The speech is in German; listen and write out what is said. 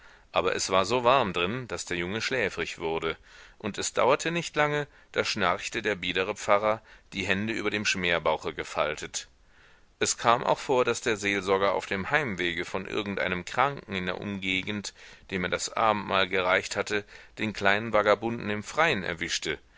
aber es war so warm drin daß der junge schläfrig wurde und es dauerte nicht lange da schnarchte der biedere pfarrer die hände über dem schmerbauche gefaltet es kam auch vor daß der seelensorger auf dem heimwege von irgendeinem kranken in der umgegend dem er das abendmahl gereicht hatte den kleinen vagabunden im freien erwischte